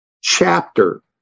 chapter